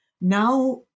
now